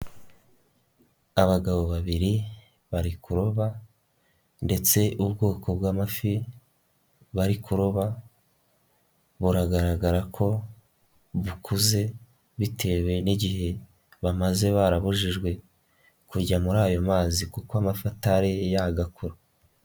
Abagabo babiri bari kuroba ndetse ubwoko bw'amafi bari kuroba buragaragara ko bukuze bitewe n'igihe bamaze barabujijwe kujya muri ayo mazi, kuko amafi atatare yagakuru.